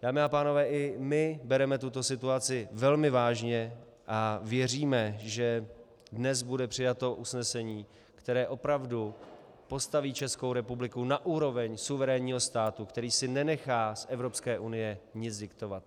Dámy a pánové, i my bereme tuto situaci velmi vážně a věříme, že dnes bude přijato usnesení, které opravdu postaví Českou republiku na úroveň suverénního státu, který si nenechá z Evropské unie nic diktovat.